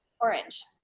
Orange